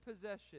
possession